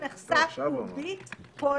לא.